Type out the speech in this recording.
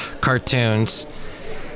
Cartoons